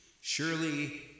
Surely